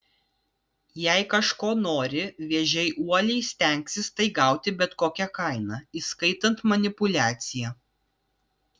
jei kažko nori vėžiai uoliai stengsis tai gauti bet kokia kaina įskaitant manipuliaciją